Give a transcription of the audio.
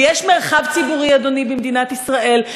ויש מרחב ציבורי, אדוני, במדינת ישראל.